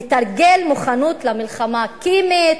לתרגל מוכנות למלחמה כימית,